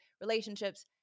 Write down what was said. relationships